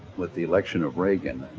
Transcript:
with the election of reagan,